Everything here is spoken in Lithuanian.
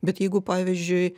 bet jeigu pavyzdžiui